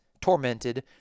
tormented